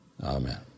amen